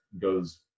goes